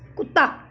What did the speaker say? ਕੁੱਤਾ